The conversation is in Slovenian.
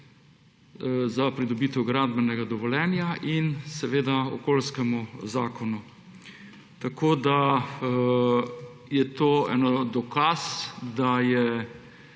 za pridobitev gradbenega dovoljenja in seveda okoljskemu zakonu. To je en dokaz, da